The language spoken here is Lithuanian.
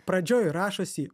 pradžioj rašosi